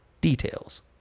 details